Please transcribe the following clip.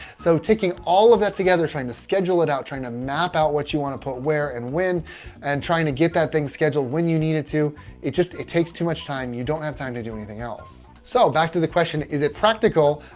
so taking all of that together trying to schedule it out trying to map out what you want to put where and when and trying to get that thing scheduled when you need it to it just takes too much time. you don't have time to do anything else. so back to the question. is it practical?